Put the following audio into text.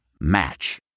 Match